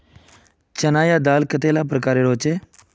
चना या दाल कतेला प्रकारेर होचे?